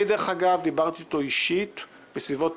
אני דרך אגב דיברתי איתו אישית בסביבות